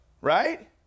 Right